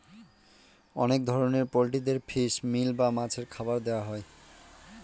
অনেক ধরনের পোল্ট্রিদের ফিশ মিল বা মাছের খাবার দেওয়া হয়